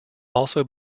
also